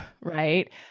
right